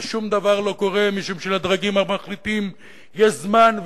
ושום דבר לא קורה משום שלדרגים המחליטים יש זמן,